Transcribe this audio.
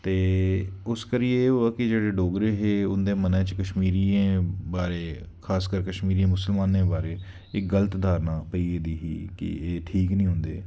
ते उस करियै एह् होआ कि जेह्ड़े डोगरे हे उं'दे मनै च कश्मीरियें बारै खासकर कश्मीरी मुस्लमानें बारै इक गलत धारना पेई गेदी ही कि एह् ठीक निं होंदे